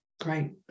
Great